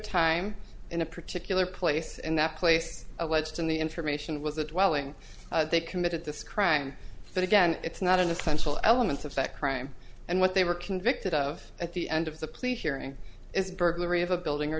time in a particular place and that place alleged in the information was a dwelling they committed this crime but again it's not an essential elements of that crime and what they were convicted of at the end of the police hearing is burglary of a building or